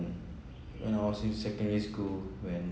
when I was in secondary school when